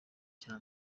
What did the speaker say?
cya